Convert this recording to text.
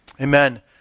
Amen